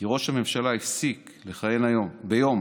כי ראש הממשלה הפסיק לכהן ביום